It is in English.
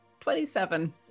27